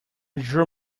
drew